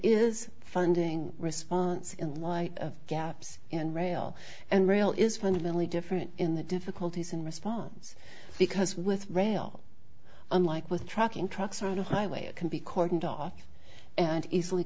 is funding response in light of gaps in rail and rail is fundamentally different in the difficulties in response because with rail unlike with trucking trucks on a highway it can be cordoned off and easily